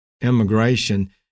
immigration